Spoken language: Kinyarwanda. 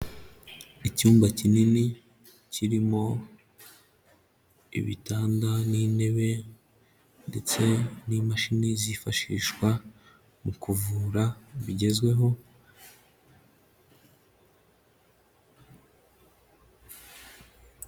Icyumba kinini kirimo ibitanda n'intebe ndetse n'imashini zifashishwa mu kuvura bigezweho.